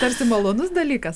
tarsi malonus dalykas